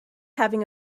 having